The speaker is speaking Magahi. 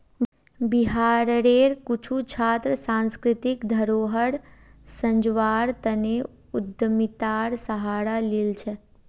बिहारेर कुछु छात्र सांस्कृतिक धरोहर संजव्वार तने उद्यमितार सहारा लिल छेक